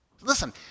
Listen